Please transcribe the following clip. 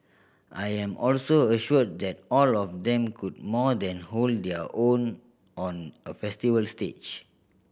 I am also assured that all of them could more than hold their own on a festival stage